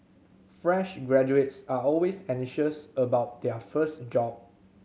fresh graduates are always anxious about their first job